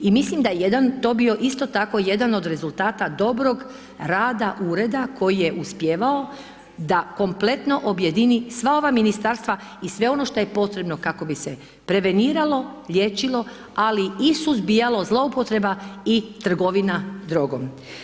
I mislim da je jedan to bio, isto tako jedan od rezultata dobrog rada ureda koji je uspijevao da kompletno objedini sva ova ministarstva i sve ono što je potrebno kako bi se preveniralo, liječilo, ali i suzbijalo zloupotreba i trgovina drogom.